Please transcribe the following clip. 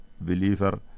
believer